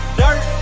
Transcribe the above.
dirt